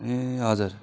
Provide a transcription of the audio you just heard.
ए हजुर